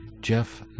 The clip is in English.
Jeff